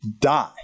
die